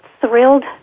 thrilled